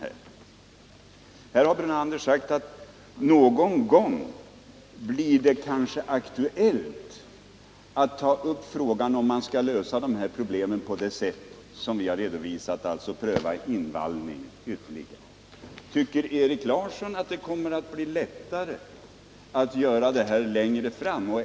Lennart Brunander har sagt att någon gång blir det kanske aktuellt att ta upp frågan om man skall lösa de här problemen på det sätt som vi har redovisat, alltså genom att pröva ytterligare invallning. Tycker Erik Larsson att det kommer att bli lättare att göra det längre fram?